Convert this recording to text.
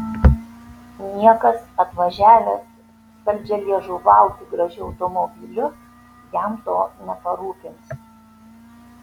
niekas atvažiavęs saldžialiežuvauti gražiu automobiliu jam to neparūpins